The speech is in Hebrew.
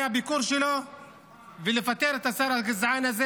הביקור שלו ולפטר את השר הגזען הזה